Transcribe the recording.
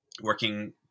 working